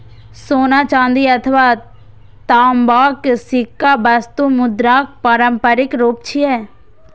सोना, चांदी अथवा तांबाक सिक्का वस्तु मुद्राक पारंपरिक रूप छियै